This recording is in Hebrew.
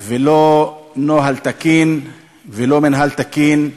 ולא נוהל תקין ולא מינהל תקין,